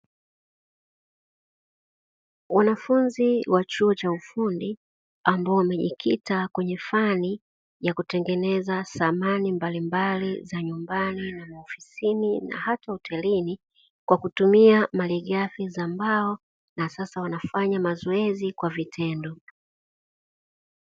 Wanafunzi wa chuo cha ufundi ambao wamejikita kwenye fani ya kutengeneza samani mbalimbali za nyumbani na maofisini na hata hotelini, kwa kutumia malighafi za mbao na sasa wanafanya mazoezi kwa vitendo.